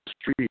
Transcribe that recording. street